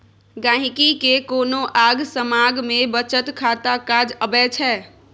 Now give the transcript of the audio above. गांहिकी केँ कोनो आँग समाँग मे बचत खाता काज अबै छै